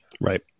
Right